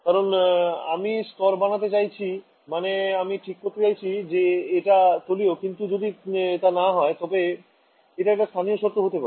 কারণ আমি স্তর বানাতে চাইছি মানে আমি ঠিক করতে চাইছি যে এটা তলীয় কিন্তু যদি টা না হয় তবে এটা একটা স্থানীয় শর্ত হতে পারে